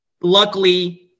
luckily –